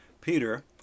peter